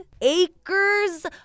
acres